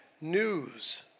news